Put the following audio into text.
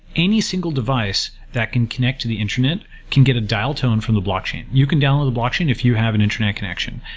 any single device that can connect to the internet can get a dial tone from the block chain. you can download a blockchain if you have an internet connection,